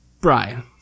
Brian